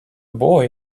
boy